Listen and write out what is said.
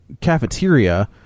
cafeteria